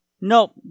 No